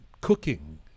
cooking